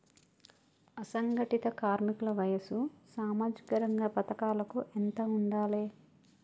అసంఘటిత కార్మికుల వయసు సామాజిక రంగ పథకాలకు ఎంత ఉండాలే?